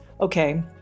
okay